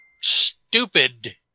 stupid